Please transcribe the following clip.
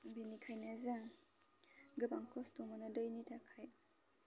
बिनिखायनो जों गोबां खस्ट' मोनो दैनि थाखाय